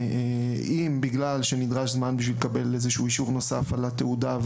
אם בגלל שנדרש זמן בשביל לקבל איזה שהוא אישור נוסף על התעודה,